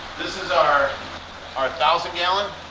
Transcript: this is our our thousand gallon.